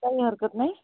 काही हरकत नाही